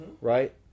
right